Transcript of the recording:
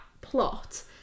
plot